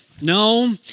No